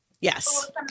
Yes